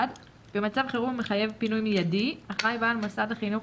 במצב חירום המחייב פינוי מיידי אחראי בעל מוסד החינוך